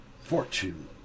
Fortune